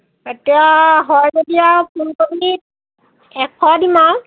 এতিয়া হয় যদি আৰু ফুলকবিত এশ দিম আৰু